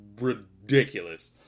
ridiculous